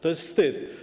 To jest wstyd.